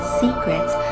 secrets